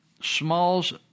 Smalls